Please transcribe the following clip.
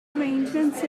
arrangements